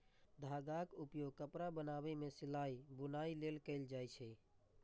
धागाक उपयोग कपड़ा बनाबै मे सिलाइ, बुनाइ लेल कैल जाए छै